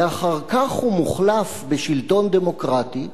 ואחר כך הוא מוחלף בשלטון דמוקרטי,